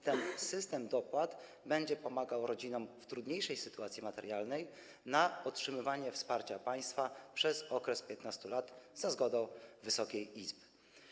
Ten system dopłat będzie pomagał rodzinom w trudniejszej sytuacji materialnej w otrzymywaniu wsparcia państwa przez okres 15 lat za zgodą Wysokiej Izby.